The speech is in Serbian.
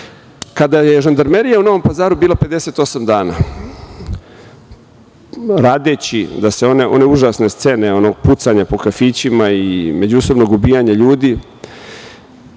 je žandarmerija u Novom Pazaru bila 58 dana, radeći da se one užasne scene onog pucanja po kafićima i međusobnog ubijanja ljudi,